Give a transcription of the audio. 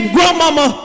Grandmama